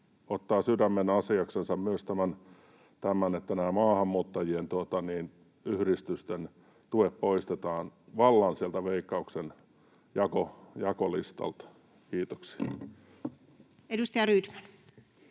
ottaa sydämenasiaksensa myös tämän, että nämä maahanmuuttajien yhdistysten tuet poistetaan vallan sieltä Veikkauksen jakolistalta. — Kiitoksia. [Speech 55]